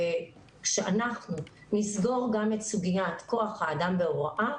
כשאנחנו נסגור גם את סוגיית כוח האדם בהוראה,